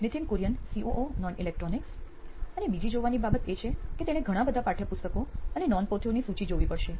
Nithin Kurian COO નોઇન electronics અને બીજી જોવાની બાબત એ છે કે તેણે ઘણા બધા પાઠ્યપુસ્તકો અને નોંધપોથીઓની સૂચિ જોવી પડશે